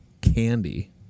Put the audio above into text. candy